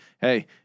Hey